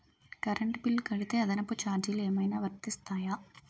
Current bill కడితే అదనపు ఛార్జీలు ఏమైనా వర్తిస్తాయా?